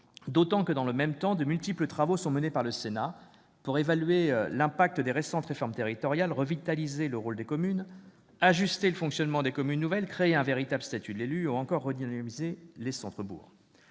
étonnant que, dans le même temps, de multiples travaux sont menés par le Sénat pour évaluer l'impact des récentes réformes territoriales, revitaliser le rôle des communes, ajuster le fonctionnement des communes nouvelles, créer un véritable statut de l'élu ou encore redynamiser les centres-bourgs.